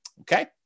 Okay